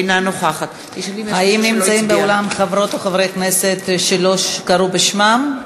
אינה נוכחת האם נמצאים באולם חברות או חברי כנסת שלא קראו בשמם?